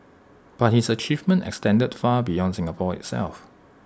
but his achievement extended far beyond Singapore itself